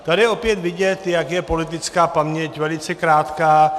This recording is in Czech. Tady je opět vidět, jak je politická paměť velice krátká.